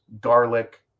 garlic